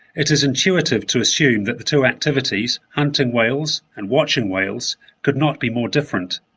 it is intuitive to assume that the two activities hunting whales and watching whales could not be more different.